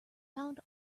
found